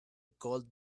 gold